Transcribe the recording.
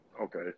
Okay